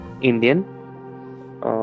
Indian